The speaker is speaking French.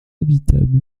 habitable